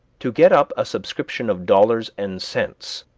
to get up a subscription of dollars and cents,